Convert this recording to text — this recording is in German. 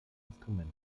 instrument